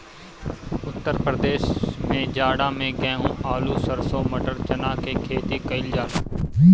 उत्तर प्रदेश में जाड़ा में गेंहू, आलू, सरसों, मटर, चना के खेती कईल जाला